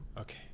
Okay